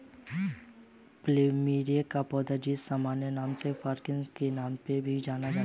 plumeria का पौधा, जिसे सामान्य नाम फ्रांगीपानी के नाम से भी जाना जाता है